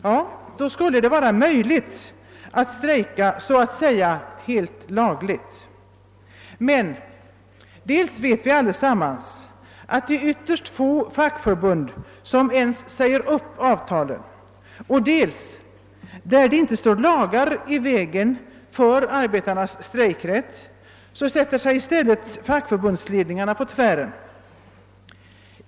Ja, då skulle det vara möjligt att strejka så att säga helt lagligt, men dels vet vi allesammans att det är ytterst få fackförbund som ens säger upp avtalen och dels att fackförbundsledningarna sätter sig på tvären när det inte står lagar i vägen för arbetarnas strejkrätt.